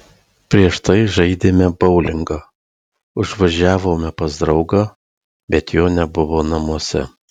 prieš tai žaidėme boulingą užvažiavome pas draugą bet jo nebuvo namuose